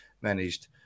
managed